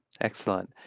Excellent